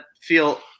feel